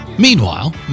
Meanwhile